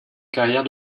carrière